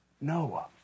Noah